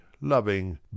loving